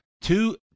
Two